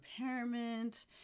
impairment